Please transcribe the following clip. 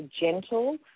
gentle